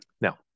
Now